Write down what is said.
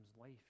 life